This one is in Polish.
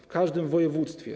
W każdym województwie.